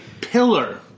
pillar